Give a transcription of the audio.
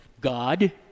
God